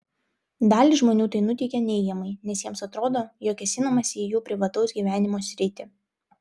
dalį žmonių tai nuteikia neigiamai nes jiems atrodo jog kėsinamasi į jų privataus gyvenimo sritį